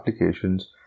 applications